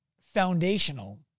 foundational